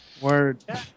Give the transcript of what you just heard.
Word